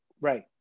Right